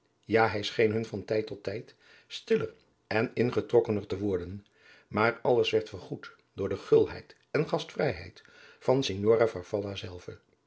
ja hij scheen hun van tijd tot tijd stiller en ingetrokkener te worden maar alles werd vergoed door de gulheid en gastvrijheid van signora farfalla zelve